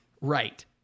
right